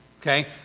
Okay